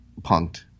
punked